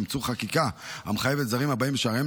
אימצו חקיקה המחייבת זרים הבאים בשעריהם